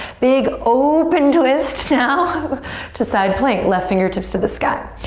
big open twist now to side plank. left fingertips to the sky.